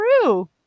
true